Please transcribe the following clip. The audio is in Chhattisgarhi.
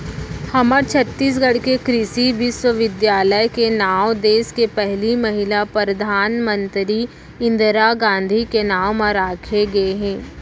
हमर छत्तीसगढ़ के कृषि बिस्वबिद्यालय के नांव देस के पहिली महिला परधानमंतरी इंदिरा गांधी के नांव म राखे गे हे